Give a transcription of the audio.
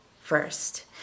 first